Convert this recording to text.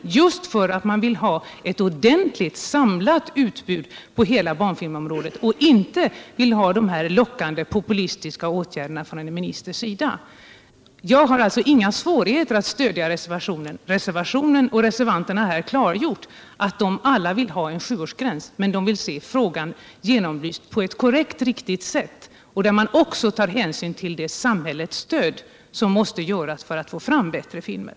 Och de gör det just för att de vill ha ett ordentligt, samlat utbud på hela barnfilmområdet och inte vill ha de här lockande, populistiska åtgärderna från ministerns sida. Jag har inte svårt att stödja reservationen. Reservanterna har klargjort att de vill ha en sjuårsgräns, men de vill ha frågan genomlyst på ett korrekt sätt där man också tar hänsyn till det samhällsstöd som måste ges för att få fram bättre filmer.